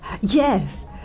Yes